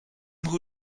who